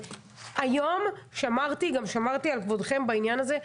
היום גם שמרתי על כבודכם בעניין הזה,